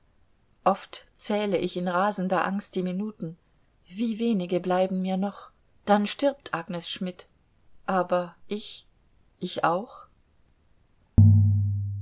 oft zähle ich in rasender angst die minuten wie wenige bleiben mir noch dann stirbt agnes schmidt aber ich ich auch